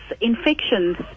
infections